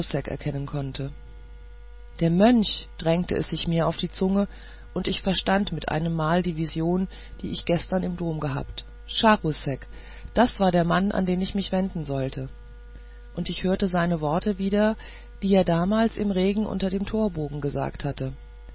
erkennen konnte der mönch drängte es sich mir auf die zunge und ich verstand mit einem male die vision die ich gestern im dom gehabt charousek das war der mann an den ich mich wenden sollte und ich hörte seine worte wieder die er damals im regen unter dem torbogen gesagt hatte